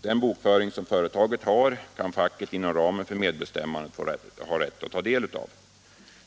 Den bokföring som företaget har kan facket inom ramen för medbestämmandet få rätt att ta del av.